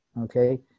okay